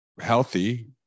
healthy